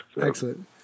Excellent